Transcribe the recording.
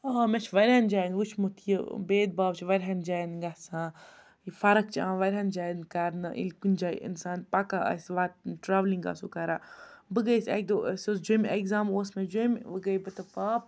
آ مےٚ چھِ واریَہَن جایَن وٕچھمُت یہِ بیدباو چھِ واریَہَن جایَن گژھان یہِ فرق چھےٚ اوان وایَہَن جایَن کَرنہٕ یہِ کُنہِ جایہِ اِنسان پَکان آسہِ ٹرٛاولِنٛگ آسو کَران بہٕ گٔیَس اَکہِ دۄہ اَسہِ اوس جیٚمہِ اَٮ۪کزام اوس مےٚ جیٚمہِ وۄنۍ گٔے بہٕ تہ پاپہٕ